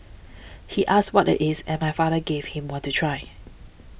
he asked what are is and my father gave him one to try